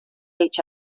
each